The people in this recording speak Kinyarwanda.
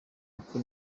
uko